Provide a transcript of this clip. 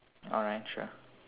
alright sure